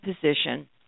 position